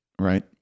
right